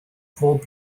pob